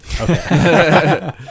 Okay